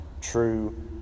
true